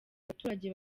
abaturage